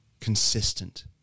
consistent